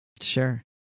sure